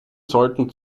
sollten